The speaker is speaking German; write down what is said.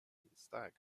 dienstag